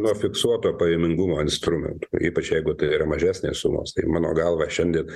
nuo fiksuoto pajamingumo instrumentų ypač jeigu tai yra mažesnės sumos tai mano galva šiandien